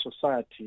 society